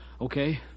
Okay